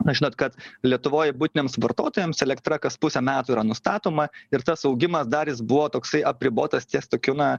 na žinot kad lietuvoj buitiniams vartotojams elektra kas pusę metų yra nustatoma ir tas augimas dar jis buvo toksai apribotas ties tokiu na